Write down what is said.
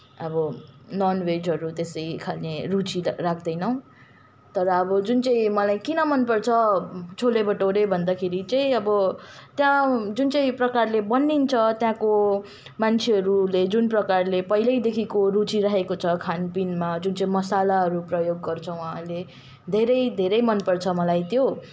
अब नन् भेजहरू त्यसै खाने रुचि त राख्दैनौँ तर अब जुन चाहिँ मलाई किन मनपर्छ छोला बटोरा भन्दाखेरि चाहिँ अब त्यहाँ जुन चाहिँ प्रकारले बनिन्छ त्यहाँको मान्छेहरूले जुन प्रकारले पहिल्यैदेखिको रुचि राखेको छ खानपिनमा जुन चाहिँ मसालाहरू प्रयोग गर्छ उहाँहरूले धेरै धेरै मनपर्छ मलाई त्यो